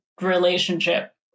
relationship